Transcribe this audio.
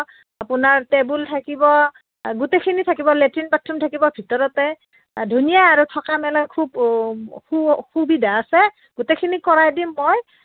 আপোনাৰ টেবুল থাকিব গোটেইখিনি থাকিব লেট্ৰিন বাথৰুম থাকিব ভিতৰতে ধুনীয়া আৰু থকা মেলাৰ খুব সু সুবিধা আছে গোটেইখিনি কৰাই দিম মই